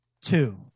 two